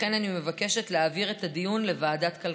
לכן אני מבקשת להעביר את הדיון לוועדת הכלכלה.